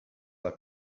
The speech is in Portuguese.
ela